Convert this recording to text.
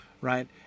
right